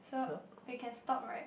so we can stop right